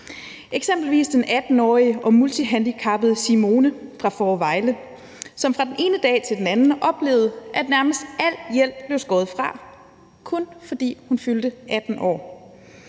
eksempelvis den 18-årige og multihandicappede Simone fra Fårevejle, som fra den ene dag til den anden oplevede, at nærmest al hjælp blev skåret fra – og kun fordi hun fyldte 18 år.